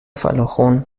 فَلاخُن